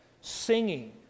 singing